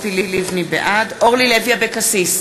בעד אורלי לוי אבקסיס,